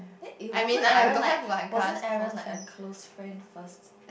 then it wasn't wasn't Aaron like a close friend first